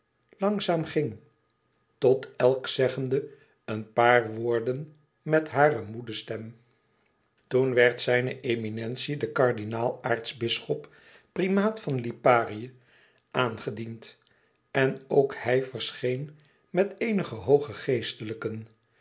langzaam ging tot elk zeggende een paar woorden met hare moede stem toen werd zijne eminentie de kardinaal aartsbisschop primaat van liparië aangediend en ook hij verscheen met eenige hooge geestelijken